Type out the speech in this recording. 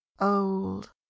old